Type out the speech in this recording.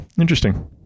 Interesting